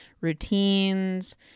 routines